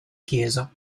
chiesa